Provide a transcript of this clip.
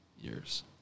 years